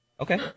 Okay